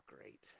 great